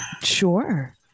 Sure